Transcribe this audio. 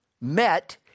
met